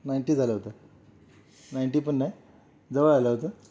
ना नाईंटी झालं होतं नाईंटी पण नाही जवळ आलं होतं